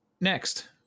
Next